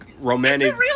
romantic